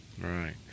Right